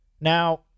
Now